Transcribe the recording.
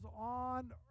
on